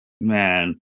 man